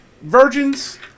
virgins